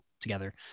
together